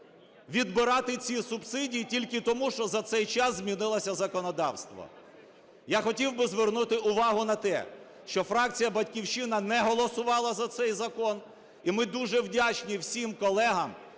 відбирати ці субсидії тільки тому, що за цей час змінилося законодавство. Я хотів би звернути увагу на те, що фракція "Батьківщина" не голосувала за цей закон, і ми дуже вдячні всім колегам,